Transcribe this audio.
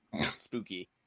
spooky